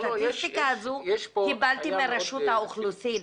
הסטטיסטיקה הזו, קיבלתי מרשות האוכלוסין.